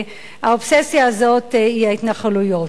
האובססיה הזאת היא ההתנחלויות.